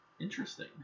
interesting